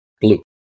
blue